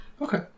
Okay